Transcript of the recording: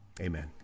Amen